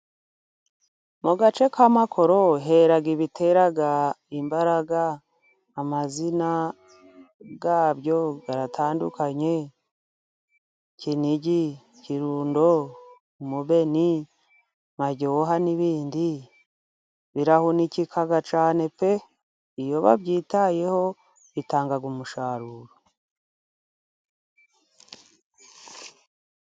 Mu gace k'amakoro hera ibitera imbaraga, amazina yabyo aratandukanye, Kiniigi, Kirundo, Umubeni, Maryoha n'ibindi, birahunikikaga cyane pe! Iyo babyitayeho bitanga umusaruro.